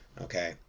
Okay